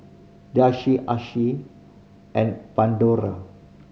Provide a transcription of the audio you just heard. Delsey Asahi and Pandora